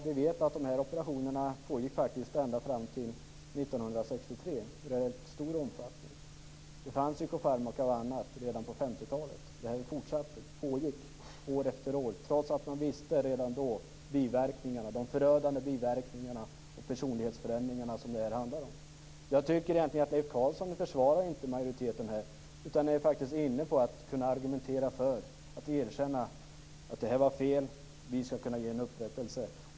Vi vet att dessa operationer faktiskt pågick ända fram till 1963 i rätt stor omfattning. Det fanns psykofarmaka och annat redan på 50-talet då detta fortsatt pågick år efter år, trots att man redan då visste vilka förödande biverkningar och personlighetsförändringar som detta medförde. Jag tycker egentligen att Leif Carlson inte försvarar majoriteten här utan faktiskt är inne på att kunna argumentera för att erkänna att detta var fel och att vi skall kunna ge en upprättelse.